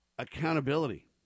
accountability